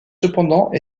cependant